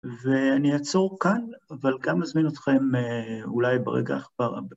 ואני אעצור כאן, אבל גם אזמין אתכם אולי ברגע ???.